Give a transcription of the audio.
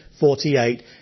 48